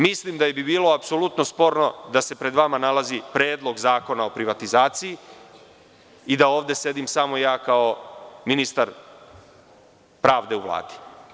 Mislim da bi bilo apsolutno sporno da se pred vama nalazi Predlog zakona o privatizaciji i da ovde sedim samo ja kao ministar pravde u Vladi.